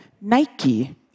Nike